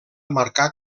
marcar